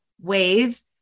waves